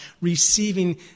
receiving